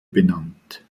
benannt